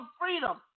freedom